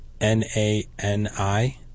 N-A-N-I